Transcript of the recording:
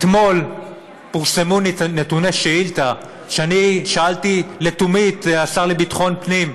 אתמול פורסמו נתוני שאילתה ששאלתי לתומי את השר לביטחון פנים.